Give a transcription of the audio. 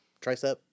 tricep